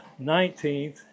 19th